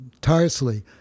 tirelessly